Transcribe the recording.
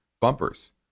bumpers